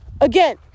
again